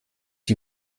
die